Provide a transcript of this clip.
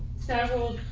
several